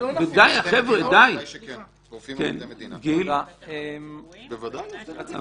--- בנאומים ------ תאר לך שהיה